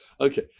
Okay